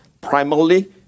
primarily